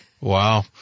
Wow